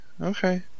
okay